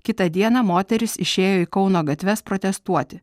kitą dieną moterys išėjo į kauno gatves protestuoti